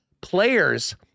players